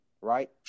right